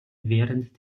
während